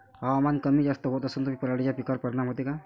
हवामान कमी जास्त होत असन त पराटीच्या पिकावर परिनाम होते का?